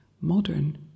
Modern